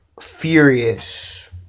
furious